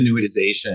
annuitization